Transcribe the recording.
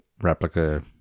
replica